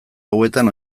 hauetan